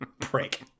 prick